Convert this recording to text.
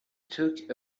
took